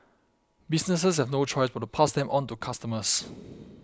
businesses have no choice but to pass them on to customers